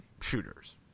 shooters